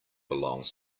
belongs